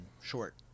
short